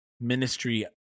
ministry